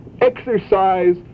exercise